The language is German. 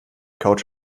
couch